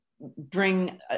bring